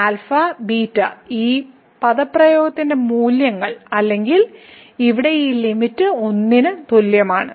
α β ഈ പദപ്രയോഗത്തിന്റെ മൂല്യങ്ങൾ അല്ലെങ്കിൽ ഇവിടെ ഈ ലിമിറ്റ് 1 ന് തുല്യമാണ്